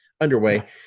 underway